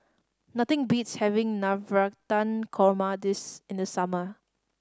nothing beats having Navratan Korma this in the summer